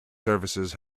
services